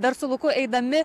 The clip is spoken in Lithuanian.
dar su luku eidami